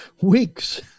weeks